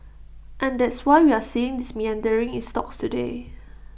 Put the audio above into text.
and that's why we're seeing this meandering in stocks today